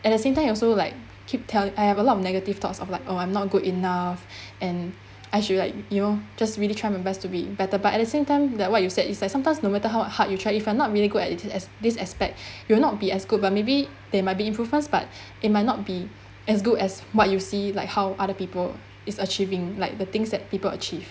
at the same time you also like keep telling I have a lot of negative thoughts of like oh I'm not good enough and I should like you know just really try my best to be better but at the same time that what you said it's like sometimes no matter how hard you try if I'm not really good at it as this aspect you will not be as good but maybe they might be improvements but it might not be as good as what you see like how other people is achieving like the things that people achieved